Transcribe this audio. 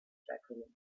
beibringen